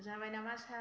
जाबाय नामा सार